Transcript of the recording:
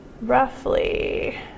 roughly